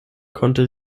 konnte